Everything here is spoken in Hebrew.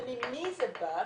וממי זה בא?